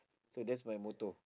so that's my motto